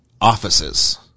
Offices